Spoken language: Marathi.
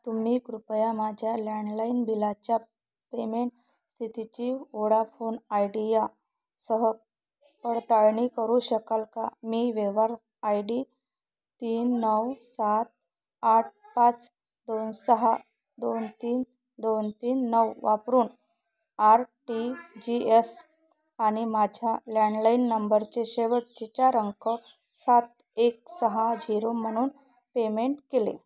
तुम्ही कृपया माझ्या लँडलाईन बिलाच्या पेमेंट स्थितीची ओडाफोन आयडीया सह पडताळणी करू शकाल का मी व्यवहार आय डी तीन नऊ सात आठ पाच दोन सहा दोन तीन दोन तीन नऊ वापरून आर टी जी एस आणि माझ्या लँडलाईन नंबरचे शेवटचे चार अंक सात एक सहा झिरो म्हणून पेमेंट केले